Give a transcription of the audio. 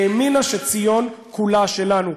האמינה שציון כולה שלנו.